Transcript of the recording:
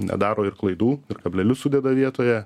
nedaro ir klaidų ir kablelius sudeda vietoje